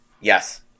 Yes